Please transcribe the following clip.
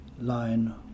line